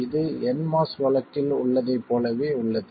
இது nMOS வழக்கில் உள்ளதைப் போலவே உள்ளது